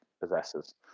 possesses